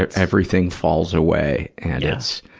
everything falls away and it's,